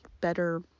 better